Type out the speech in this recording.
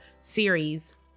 series